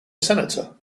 senator